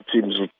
teams